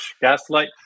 Gaslight